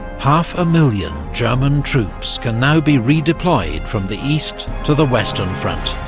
half a million german troops can now be redeployed from the east to the western front,